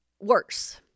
worse